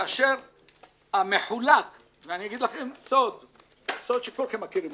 כאשר המחולק ואני אגיד לכם סוד שכולכם מכירים